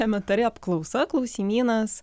elementari apklausa klausimynas